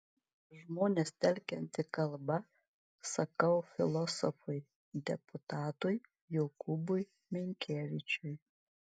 žmones telkianti kalba sakau filosofui deputatui jokūbui minkevičiui